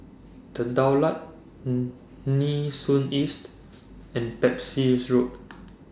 The Daulat Nee Soon East and Pepys Road